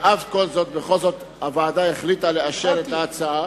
על אף כל זאת החליטה הוועדה לאשר את ההצעה